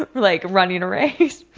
but like running a race.